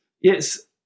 Yes